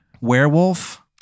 Werewolf